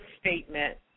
statement